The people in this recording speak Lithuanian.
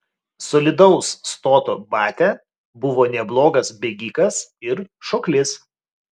solidaus stoto batia buvo neblogas bėgikas ir šoklys